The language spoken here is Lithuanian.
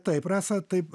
taip rasa taip